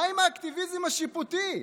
מה עם האקטיביזם השיפוטי?